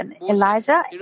Eliza